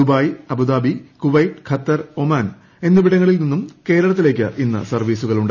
Dubai Abu Dhabi Kuwait Qatar Oman എന്നിവിടങ്ങളിൽ നിന്നും കേരളത്തിലേക്ക് ഇന്ന് സർവ്വീസുകളുണ്ട്